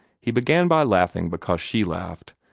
he began by laughing because she laughed,